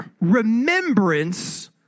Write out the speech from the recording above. remembrance